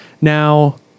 Now